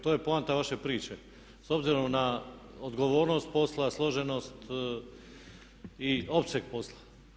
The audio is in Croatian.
To je poanta vaše priče s obzirom na odgovornost posla, složenost i opseg posla.